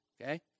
okay